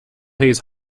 hayes